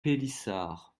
pélissard